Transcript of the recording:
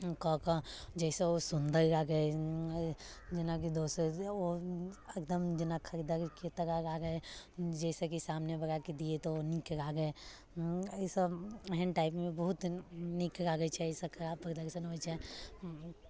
ओ कऽ कऽ जे से ओ सुंदर लागैत जेना कि दोसर ओ खतम जेना कऽ देलकै तेकरा बाद जे से कि सामने बलाके ओ दियै तऽ नीक लागै ई सभ एहन टाइपमे बहुत नीक लागैत छै एहिसँ कला प्रदर्शन होइत छै